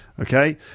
Okay